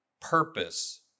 purpose